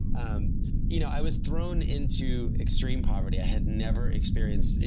um you know i was thrown into extreme poverty i had never experienced.